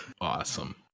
Awesome